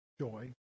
joy